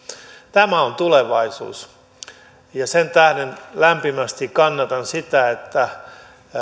tämä on tulevaisuus ja sen tähden lämpimästi kannatan sitä että